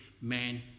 man